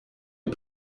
les